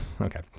Okay